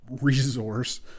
resource